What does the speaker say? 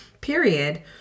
period